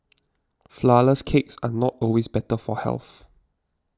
Flourless Cakes are not always better for health